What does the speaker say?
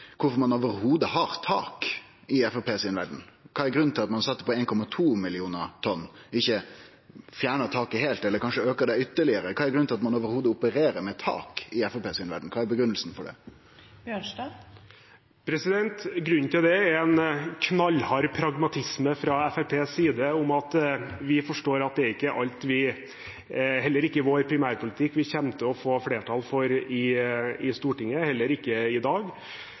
har eit tak i det heile, i Framstegspartiets verd. Kva er grunnen til at ein sette det på 1,2 millionar liter og ikkje fjerna taket heilt eller kanskje auka det ytterlegare? Kva er grunnen til at ein opererer med tak i det heile, i Framstegspartiets verd? Kva er grunngivinga for det? Grunnen til det er en knallhard pragmatisme fra Fremskrittspartiets side, at vi forstår at det ikke er alt i vår primærpolitikk vi kommer til å få flertall for i Stortinget, heller ikke i dag.